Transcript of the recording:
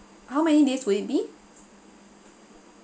how many days will it be